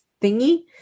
thingy